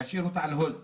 להשאיר את המליאה על hold.